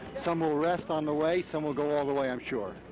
some will rest on the way. some will go all the way, i'm sure.